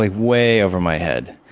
like way over my head.